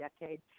decade